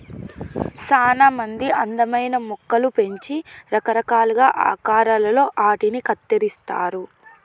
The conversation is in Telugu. సానా మంది అందమైన మొక్కలు పెంచి రకరకాలుగా ఆకారాలలో ఆటిని కత్తిరిస్తారు